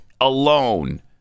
alone